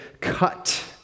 cut